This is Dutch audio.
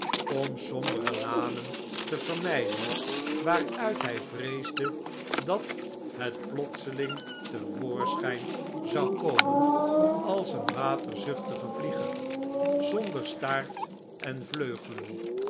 om sombere lanen te vermjjden waaruit hy vreesde dat het plotseling te voorschjjn zou komen als een waterzuehtige vlieger zonder staart en vleugelen